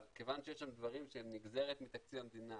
אבל כיוון שיש שם דברים שהם נגזרת מתקציב המדינה